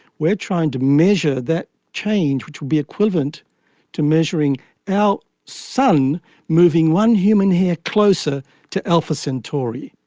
we are trying to measure that change, which would be equivalent to measuring our sun moving one human hair closer to alpha centauri.